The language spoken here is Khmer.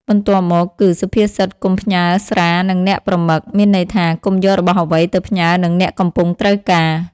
បន្ទាប់មកគឺ សុភាសិតកុំផ្ញើស្រានិងអ្នកប្រមឹក មានន័យថា កុំយករបស់អ្វីទៅផ្ញើនឹងអ្នកកំពុងត្រូវការ ។